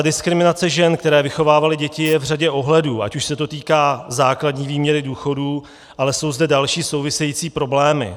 Diskriminace žen, které vychovávaly děti, je v řadě ohledů, ať už se to týká základní výměry důchodů, ale jsou zde další související problémy.